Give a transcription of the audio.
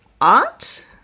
art